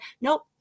nope